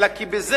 אלא כי בזה,